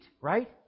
right